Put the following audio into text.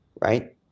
Right